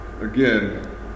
again